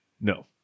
No